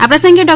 આ પ્રસંગે ડો